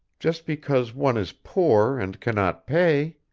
just because one is poor and cannot pay!